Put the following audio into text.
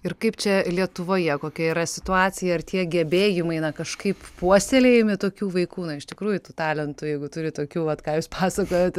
ir kaip čia lietuvoje kokia yra situacija ar tie gebėjimai na kažkaip puoselėjami tokių vaikų na iš tikrųjų tų talentų jeigu turi tokių vat ką jūs pasakojat